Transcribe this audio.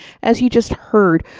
as you just heard,